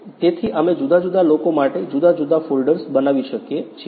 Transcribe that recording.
તેથી અમે જુદા જુદા લોકો માટે જુદા જુદા ફોલ્ડર્સ બનાવી શકીએ છીએ